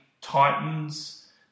Titans